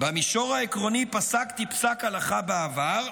"במישור העקרוני פסקתי פסק הלכה בעבר,